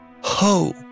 Ho